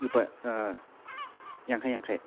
ꯂꯨꯄꯥ ꯌꯥꯡꯈꯩ ꯌꯥꯡꯈꯩ